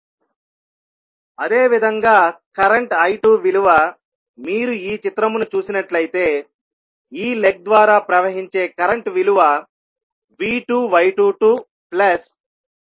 అదే విధంగా current I2 విలువమీరు ఈ చిత్రమును చూసినట్లయితే ఈ లెగ్ ద్వారా ప్రవహించే కరెంట్ విలువ V2y22V1y21